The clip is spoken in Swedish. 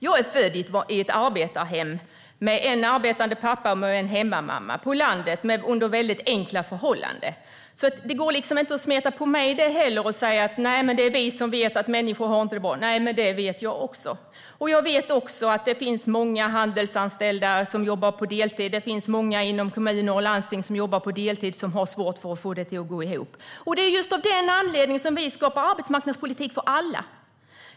Jag är född i ett arbetarhem och växte upp på landet under väldigt enkla förhållanden med en arbetande pappa och en hemmamamma. Det går inte att smeta det där på mig och säga att det är ni sverigedemokrater som vet att det finns människor som inte har det bra. Jag vet också det. Jag vet även att det finns många som är anställda på deltid inom handel eller inom kommuner och landsting och som har svårt att få det att gå ihop. Det är just av den anledningen vi skapar en arbetsmarknadspolitik för alla.